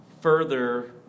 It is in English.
further